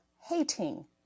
hating